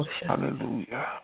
Hallelujah